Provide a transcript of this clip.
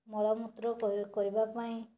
ମଳ ମୂତ୍ର କରିବା ପାଇଁ